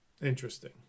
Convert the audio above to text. Interesting